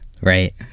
Right